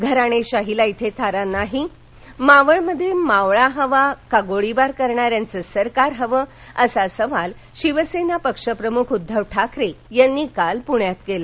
घराणेशाहीला इथे थारा नाही मावळमध्ये मावळा हवा का गोळीबार करणाऱ्यांचं सरकार हवं असा सवाल शिवसेना पक्षप्रमुख उद्दव ठाकरे यांनी काल पृण्यात केला